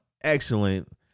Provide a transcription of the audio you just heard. excellent